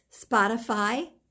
Spotify